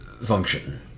function